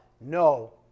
No